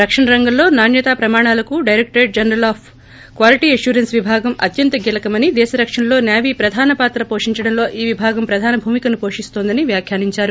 రక్షణ రంగంలో నాణ్యతా ప్రమాణాలకు డైరెక్టరేట్ జనరల్ క్యాలీటీ అష్యూరెస్స్ విభాగం అత్యంత కీలకమని దేశ రక్షణలో సేవీ ప్రధాన పాత్ర హోషించడంలో ఈ విభాగం ప్రధాన భూమికను పోషిస్తోందని వ్యాఖ్యానించారు